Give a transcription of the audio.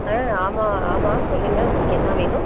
ஆ ஆமாம் ஆமாம் சொல்லுங்கள் உங்களுக்கு என்ன வேணும்